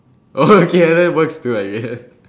oh okay that works good idea